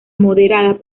moderada